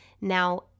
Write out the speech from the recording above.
Now